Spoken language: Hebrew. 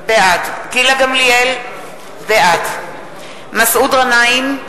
בעד גילה גמליאל, בעד מסעוד גנאים,